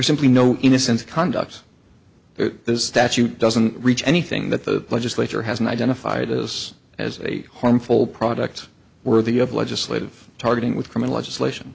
simply no innocent conduct this statute doesn't reach anything that the legislature has and identified as as a harmful product worthy of legislative targeting with criminal legislation